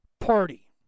Party